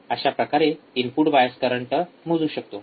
तर अशाप्रकारे आपण इनपुट बायस करंट मोजू शकतो